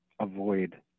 avoid